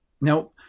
Now